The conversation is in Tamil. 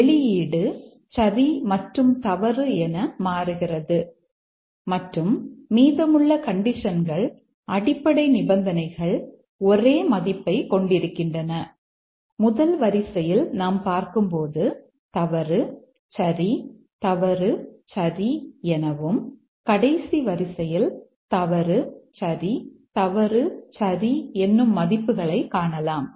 வெளியீடு சரி மற்றும் தவறு என மாறுகிறது மற்றும் மீதமுள்ள கண்டிஷன்கள் அடிப்படை நிபந்தனைகள் ஒரே மதிப்பைக் கொண்டிருக்கின்றன முதல் வரிசையில் நாம் பார்க்கும்போது தவறு சரி தவறு சரி எனவும் கடைசி வரிசையில் தவறு சரி தவறு சரி என்னும் மதிப்புகளை காணலாம்